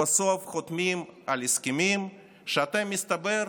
ובסוף חותמים על הסכמים שאתם, מסתבר,